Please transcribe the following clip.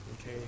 Okay